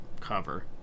cover